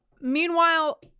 meanwhile